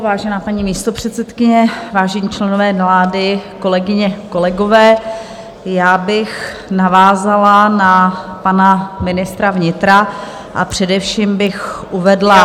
Vážená paní místopředsedkyně, vážení členové vlády, kolegyně, kolegové, já bych navázala na pana ministra vnitra a především bych uvedla...